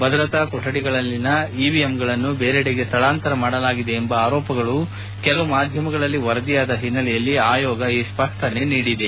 ಭದ್ರತಾ ಕೊಠಡಿಗಳಲ್ಲಿನ ಇವಿಎಂಗಳನ್ನು ಬೇರೆಡೆಗೆ ಸ್ಥಳಾಂತರ ಮಾಡಲಾಗಿದೆ ಎಂಬ ಆರೋಪಗಳು ಕೆಲವು ಮಾಧ್ಯಮಗಳಲ್ಲಿ ವರದಿಯಾದ ಹಿನ್ನೆಲೆಯಲ್ಲಿ ಆಯೋಗ ಈ ಸ್ಪಷ್ಷನೆ ನೀಡಿದೆ